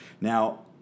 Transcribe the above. Now